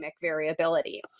variability